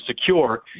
secure